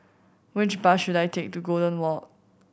which bus should I take to Golden Walk